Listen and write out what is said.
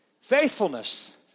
Faithfulness